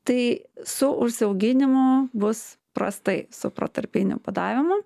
tai su užsiauginimu bus prastai su protarpiniu badavimu